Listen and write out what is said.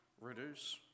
reduce